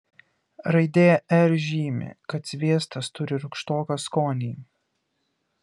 raidė r žymi kad sviestas turi rūgštoką skonį